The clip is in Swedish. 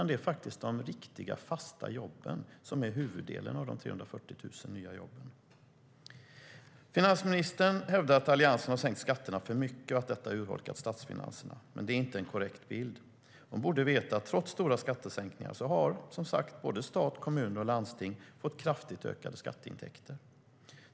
Det är faktiskt de riktiga fasta jobben som är huvuddelen av de 340 000 nya jobben. Finansministern hävdar att Alliansen har sänkt skatterna för mycket och att detta har urholkat statsfinanserna. Men det är inte en korrekt bild. Hon borde veta att trots stora skattesänkningar har, som sagt, stat, kommuner och landsting fått kraftigt ökade skatteintäkter.